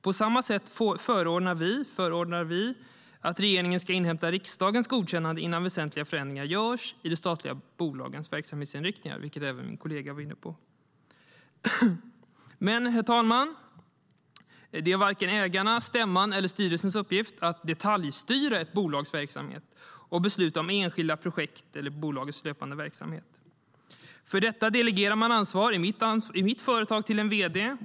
På samma sätt förordar vi att regeringen ska inhämta riksdagens godkännande innan väsentliga förändringar görs i de statliga bolagens verksamhetsinriktningar, vilket även min kollega var inne på. Men, herr talman, det är varken ägarnas, stämmans eller styrelsens uppgift att detaljstyra ett bolags verksamhet och besluta om enskilda projekt eller bolagets löpande verksamhet. För detta delegerar man ansvar, i mitt företag till en vd.